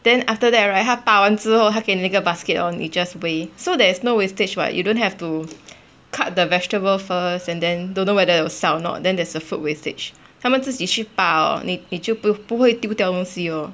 then after that right 他拔完之后他给你那个 basket hor 你 just weigh so there is no wastage [what] you don't have to cut the vegetable first and then don't know whether it will sell or not then there is a food wastage 他们自己去拔 hor 你就不会丢掉东西 lor